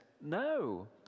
no